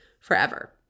forever